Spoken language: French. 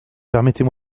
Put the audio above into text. permettez